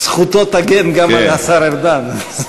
זכותו תגן גם על השר ארדן.